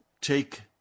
take